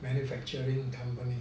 manufacturing company